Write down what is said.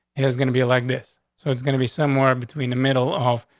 it was gonna be like this. so it's gonna be somewhere between the middle off,